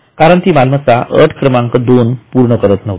कारण ती मालमत्ता अट क्रमांक दोन पूर्ण करत नव्हती